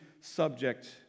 subject